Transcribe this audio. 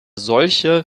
solche